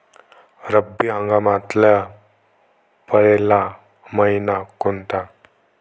रब्बी हंगामातला पयला मइना कोनता?